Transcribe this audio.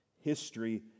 History